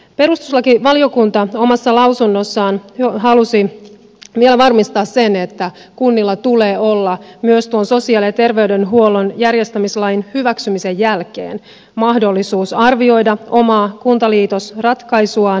perustuslakivaliokunta omassa lausunnossaan halusi vielä varmistaa sen että kunnilla tulee olla myös tuon sosiaali ja terveydenhuollon järjestämislain hyväksymisen jälkeen mahdollisuus arvioida omaa kuntaliitosratkaisuaan